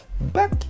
back